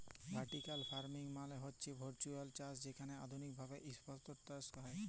vertical farming মালে হছে উঁচুল্লে চাষ যেখালে আধুলিক ভাবে ইসতরে চাষ হ্যয়